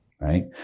Right